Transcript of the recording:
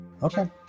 Okay